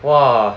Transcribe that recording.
!wah!